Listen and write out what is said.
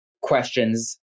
questions